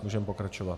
Můžeme pokračovat.